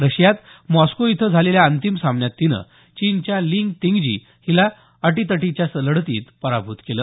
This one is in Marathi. रशियात मॉस्को इथं झालेल्या अंतिम सामन्यात तिनं चीनच्या ली तिंगजी हिला अटीतटीच्या लढतीत पराभूत केलं